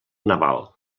naval